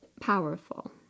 powerful